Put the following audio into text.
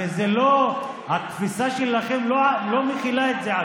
הרי התפיסה שלכם עדיין לא מכילה את זה.